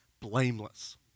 blameless